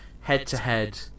head-to-head